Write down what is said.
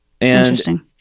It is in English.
Interesting